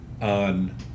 on